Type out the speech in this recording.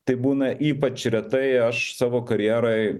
tai būna ypač retai aš savo karjeroj